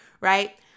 right